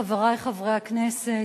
חברי חברי הכנסת,